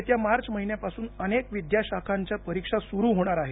येत्या मार्च महिन्यापासून अनेक विद्याशाखांच्या परीक्षा सुरु होणार आहेत